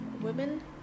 women